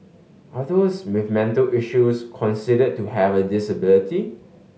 are those with mental issues considered to have a disability